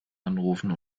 anrufen